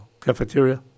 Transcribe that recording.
cafeteria